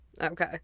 Okay